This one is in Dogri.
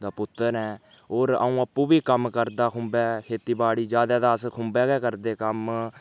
दा पुत्तर ऐ होर अ'ऊं आपूं बी कम्म करदा खुंबे खेतीबाड़ी ज्यादा ते अस खुंबै गै करदे कम्म